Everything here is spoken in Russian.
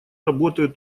работают